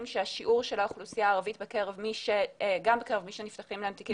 שהשיעור של האוכלוסייה הערבית גם בקרב מי שנפתחים להם תיקים